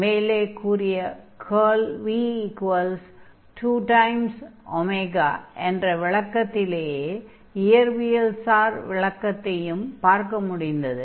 மேலே கூறிய curl v 2 curl v 2 என்ற விளக்கத்திலேயே இயற்பியல்சார் விளக்கத்தையும் பார்க்க முடிந்தது